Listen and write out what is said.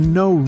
no